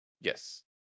Yes